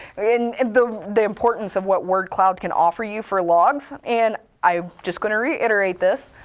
i mean and the the importance of what word cloud can offer you for logs. and i'm just going to reiterate this,